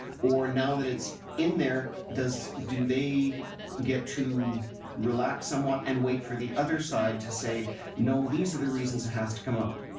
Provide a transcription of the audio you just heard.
or now that it's in there do they get to relax somewhat and wait for the other side to say no, these are the reasons it has to come out?